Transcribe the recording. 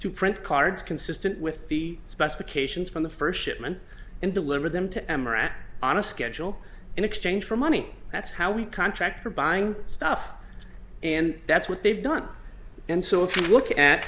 to print cards consistent with the specifications from the first shipment and deliver them to em or at on a schedule in exchange for money that's how we contract for buying stuff and that's what they've done and so if you look at